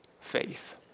Faith